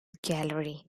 gallery